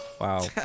wow